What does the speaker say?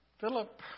Philip